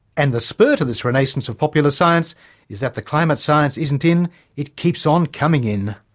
and the spurt of this renaissance of popular science is that the climate science isn't in it keeps on coming in.